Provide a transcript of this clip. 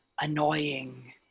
annoying